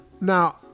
Now